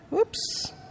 Oops